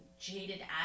jaded